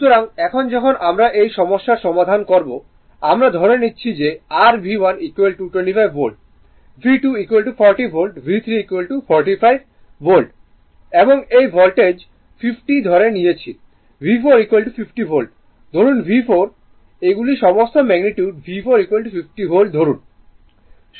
সুতরাং এখন যখন আমরা এই সমস্যার সমাধান করব আমরা ধরে নিচ্ছি যে r V1 25 volt V2 40 volt V3 45 volt বলেছিলাম এবং এই ভোল্টেজ 50 ধরে নিয়েছে V4 50 ভোল্ট ধরুন V4 এগুলি সমস্ত ম্যাগনিটিউড V4 50 ভোল্ট ধরুন